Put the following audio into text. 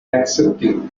accepting